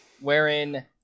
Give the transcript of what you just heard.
wherein